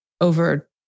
over